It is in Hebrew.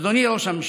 אדוני ראש הממשלה,